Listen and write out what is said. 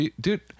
Dude